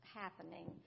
happening